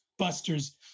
busters